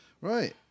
Right